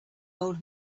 old